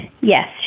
Yes